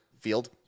field